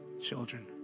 children